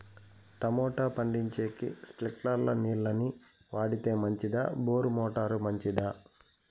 Tomato పండించేకి స్ప్రింక్లర్లు నీళ్ళ ని వాడితే మంచిదా బోరు మోటారు మంచిదా?